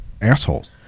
assholes